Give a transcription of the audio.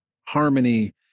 harmony